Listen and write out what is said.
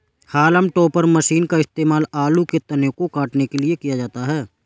haulm topper machine का इस्तेमाल आलू के तने को काटने के लिए किया जाता है